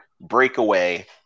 Breakaway